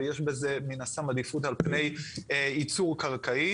ויש בזה, מן הסתם, עדיפות על פני ייצור קרקעי.